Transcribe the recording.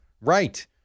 Right